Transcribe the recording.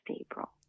April